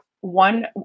one